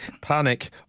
panic